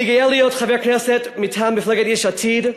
אני גאה להיות חבר כנסת מטעם מפלגת יש עתיד,